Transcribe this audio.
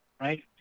right